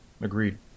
agreed